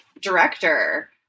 director